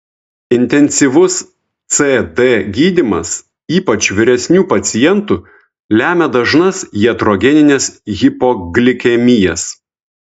intensyvus cd gydymas ypač vyresnių pacientų lemia dažnas jatrogenines hipoglikemijas